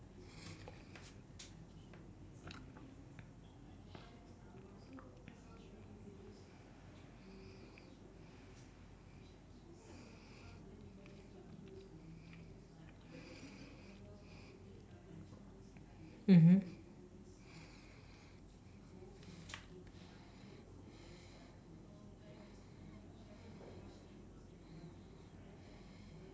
mmhmm